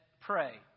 pray